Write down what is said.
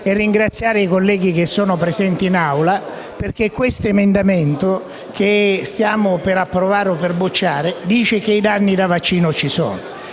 e ringraziare i colleghi presenti in Aula perché questo emendamento - che stiamo per approvare o per bocciare - dice che i danni da vaccino ci sono.